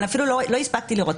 אבל אפילו לא הספקתי לראות.